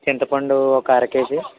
చింత పండు ఒక అర కేజీ